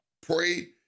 pray